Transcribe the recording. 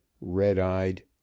red-eyed